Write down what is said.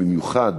במיוחד